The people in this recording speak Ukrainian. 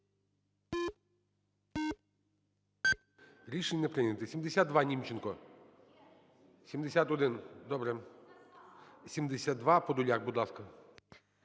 Рішення не прийнято. 72. Німченко. 71. Добре. 72, Подоляк. Будь ласка.